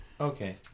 Okay